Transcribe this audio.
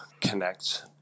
connect